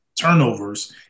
turnovers